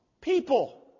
People